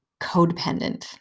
codependent